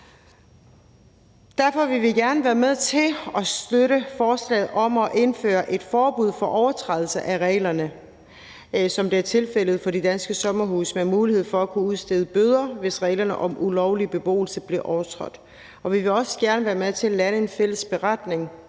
Derfor vil vi gerne være med til at støtte forslaget om at indføre et forbud mod overtrædelse af reglerne, ligesom det er tilfældet for de danske sommerhuse, med mulighed for at kunne udstede bøder, hvis reglerne om ulovlig beboelse bliver overtrådt. Vi vil også gerne være med til at lande en fælles beretning,